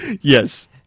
Yes